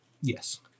Yes